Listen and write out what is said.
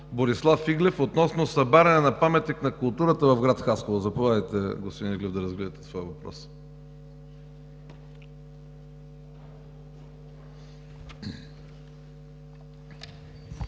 Борислав Иглев относно събаряне на паметник на културата в град Хасково. Заповядайте, господин Иглев, да развиете своя въпрос.